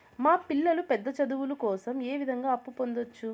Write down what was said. మా పిల్లలు పెద్ద చదువులు కోసం ఏ విధంగా అప్పు పొందొచ్చు?